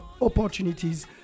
opportunities